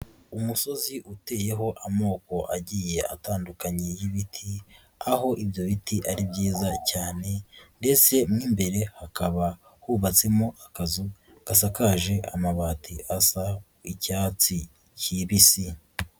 Umusozi uteyeho amoko agiye atandukanye y'ibiti, aho ibyo biti ari byiza cyane ndetse n'imbere hakaba hubatsemo akazu gasakaje amabati asa icyatsi kibisi.